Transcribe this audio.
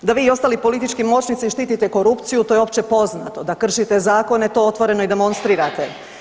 Da vi i ostali politički moćnici štitite korupciju, to je opće poznato, da kršite zakone, to otvoreno i demonstrirate.